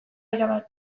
erabat